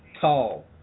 tall